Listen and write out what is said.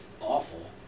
awful